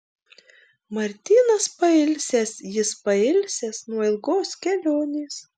martynas pailsęs jis pailsęs nuo ilgos kelionės